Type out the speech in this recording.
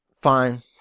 Fine